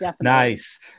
Nice